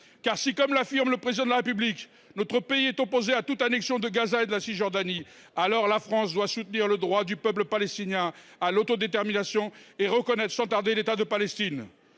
si, comme l’affirme le Président de la République, notre pays est opposé à toute annexion de Gaza et de la Cisjordanie, la France doit soutenir le droit du peuple palestinien à l’autodétermination et reconnaître sans tarder l’État de Palestine,